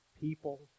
people